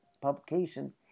publication